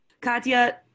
Katya